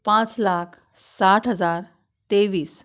पांच लाख साठ हजार तेवीस